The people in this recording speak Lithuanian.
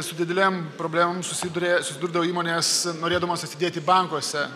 su didelėm problemom susiduria susidurdavo įmonės norėdamos atsidėti bankuose